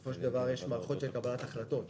בסופו של דבר יש מערכות של קבלת החלטות.